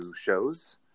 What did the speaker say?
shows